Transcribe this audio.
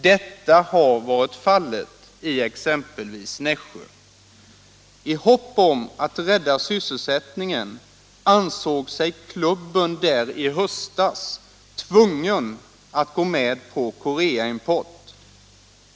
Detta har varit fallet i exempelvis Nässjö. I hopp om att rädda sysselsättningen ansåg sig klubben där i höstas tvungen att gå med på Koreaimport.